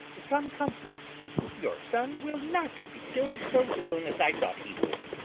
some comfort your son will not be kill'd so soon as i thought he would.